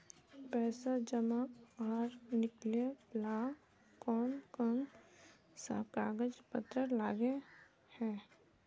पैसा जमा आर निकाले ला कोन कोन सा कागज पत्र लगे है?